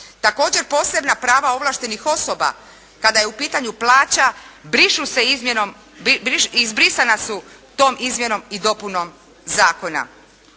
Također posebna prava ovlaštenih osoba kada je u pitanju plaća, brišu se izmjenom, izbrisana su tom izmjenom i dopunom zakona.